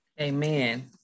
Amen